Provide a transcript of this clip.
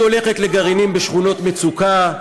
היא הולכת לגרעינים בשכונות מצוקה,